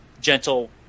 gentle